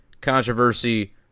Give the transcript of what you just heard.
controversy